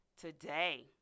today